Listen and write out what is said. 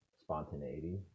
spontaneity